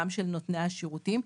גם של נותני השירותים.